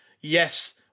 Yes